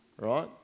right